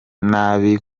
nabi